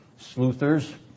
sleuthers